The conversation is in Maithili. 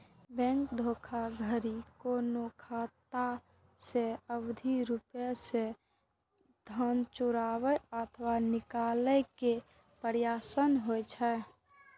बैंकिंग धोखाधड़ी कोनो बैंक खाता सं अवैध रूप सं धन चोराबै अथवा निकाले के प्रयास होइ छै